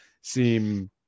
seem